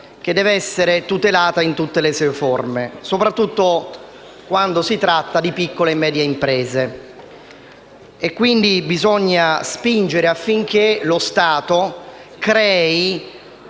debba essere tutelato in tutte le sue forme, soprattutto quando si tratta di piccole e medie imprese. Quindi bisogna spingere affinché lo Stato crei